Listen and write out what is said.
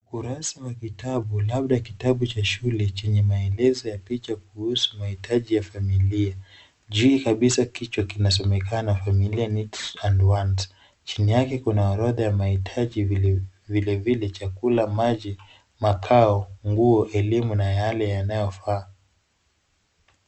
Kurasa wa kitabu labda kitabu cha shule chenye maelezo ya picha kuhusu mahitaji ya familia. Juu kabisa kichwa kinasomekana Family Needs and Wants . Chini yake kuna orodha ya mahitaji vile vile chakula, maji, makao, nguo, elimu na yale yanayofaa.